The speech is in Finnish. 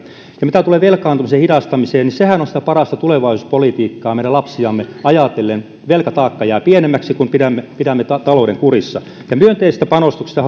mitä tulee velkaantumisen hidastamiseen sehän on sitä parasta tulevaisuuspolitiikkaa meidän lapsiamme ajatellen velkataakka jää pienemmäksi kun pidämme pidämme talouden kurissa myönteisestä panostuksesta